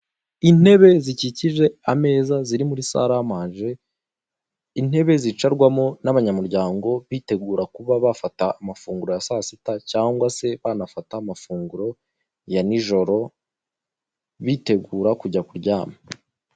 Intebe zikikije ameza ziri muri saramanje, intebe zicarwamo n'abanyamuryango bitegura kuba bafata amafunguro ya saa sita cyangwa se banafata amafunguro ya nijoro, bitegura kujya kuryama.